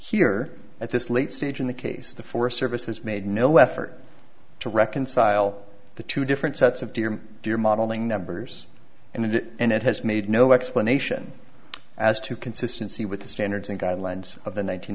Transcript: here at this late stage in the case the forest service has made no effort to reconcile the two different sets of dear dear modeling numbers and it and it has made no explanation as to consistency with the standards and guidelines of the